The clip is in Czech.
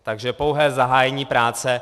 Takže pouhé zahájení práce.